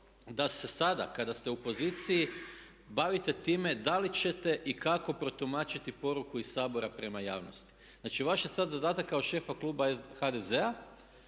da se sada kada ste u poziciji bavite time da li ćete i kako protumačiti poruku iz Sabora prema javnosti. Znači vaš je sada zadatak kao šefa kluba HDZ-a